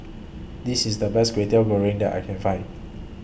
This IS The Best Kwetiau Goreng that I Can Find